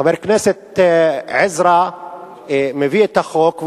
חבר הכנסת עזרא מביא את החוק,